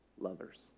lovers